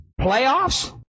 playoffs